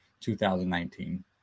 2019